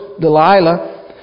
Delilah